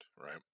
right